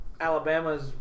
Alabama's